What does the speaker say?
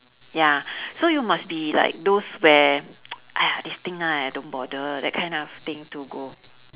ya so you must be like those where !aiya! this thing ah I don't bother that kind of thing to go